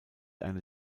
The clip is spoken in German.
einer